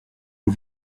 aux